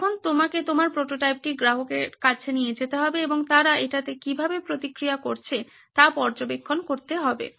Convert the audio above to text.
এখন তোমাকে তোমার প্রোটোটাইপটি গ্রাহকের কাছে নিয়ে যেতে হবে এবং তারা এটিতে কীভাবে প্রতিক্রিয়া করছে তা পর্যবেক্ষণ করতে হবে